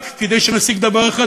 רק כדי שנשיג דבר אחד,